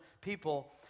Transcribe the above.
people